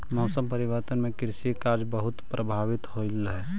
मौसम परिवर्तन से कृषि कार्य बहुत प्रभावित होइत हई